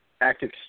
active